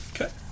Okay